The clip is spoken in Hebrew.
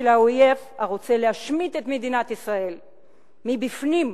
האויב הרוצה להשמיד את מדינת ישראל מבפנים.